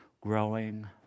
growing